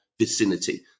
vicinity